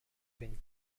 been